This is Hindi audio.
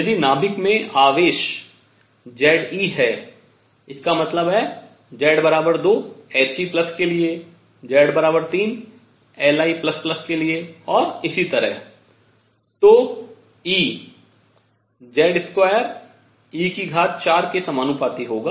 यदि नाभिक में आवेश Z e है इसका मतलब है Z 2 He के लिए Z 3 Li के लिए और इसी तरह तो E Z2e4 के समानुपाती होगा